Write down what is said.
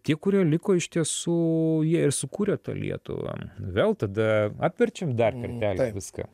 tie kurie liko iš tiesų jie ir sukūrė tą lietuvą vėl tada apverčiam dar kartelį viską